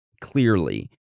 clearly